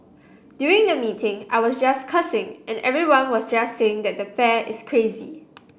during the meeting I was just cursing and everyone was just saying that the fare is crazy